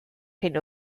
hyn